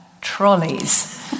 trolleys